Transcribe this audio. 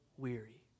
Weary